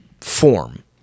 form